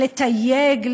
לתייג,